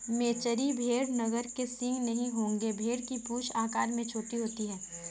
मेचेरी भेड़ नर के सींग नहीं होंगे भेड़ की पूंछ आकार में छोटी होती है